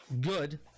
good